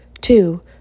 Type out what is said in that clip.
Two